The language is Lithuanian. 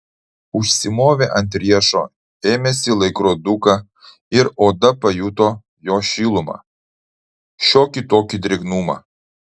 užsimovė ant riešo ėmėsi laikroduką ir oda pajuto jo šilumą šiokį tokį drėgnumą